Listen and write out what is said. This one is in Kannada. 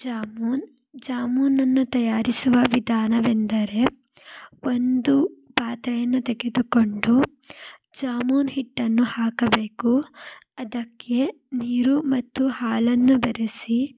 ಜಾಮೂನ್ ಜಾಮೂನನ್ನು ತಯಾರಿಸುವ ವಿಧಾನವೆಂದರೆ ಒಂದು ಪಾತ್ರೆಯನ್ನು ತೆಗೆದುಕೊಂಡು ಜಾಮೂನು ಹಿಟ್ಟನ್ನು ಹಾಕಬೇಕು ಅದಕ್ಕೆ ನೀರು ಮತ್ತು ಹಾಲನ್ನು ಬೆರೆಸಿ